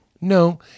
No